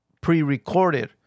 pre-recorded